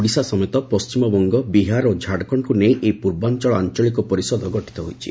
ଓଡ଼ିଶା ସମେତ ପଣ୍ଟିମବଙ୍ଗ ବିହାର ଓ ଝାଡ଼ଖଣ୍ଡକ୍ ନେଇ ଏହି ପ୍ରର୍ବାଞ୍ଚଳ ଆଞ୍ଚଳିକ ପରିଷଦ ଗଠିତ ହୋଇଛି